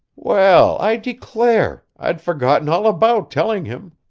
well, i declare! i'd forgotten all about telling him,